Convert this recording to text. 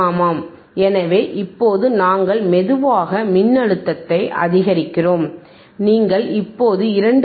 ஆமாம் எனவே இப்போது நாங்கள் மெதுவாக மின்னழுத்தத்தை அதிகரிக்கிறோம் நீங்கள் இப்போது 2